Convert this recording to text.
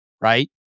right